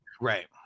Right